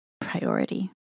priority